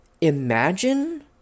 imagine